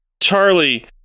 Charlie